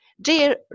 Dear